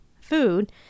food